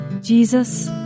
Jesus